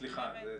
סליחה.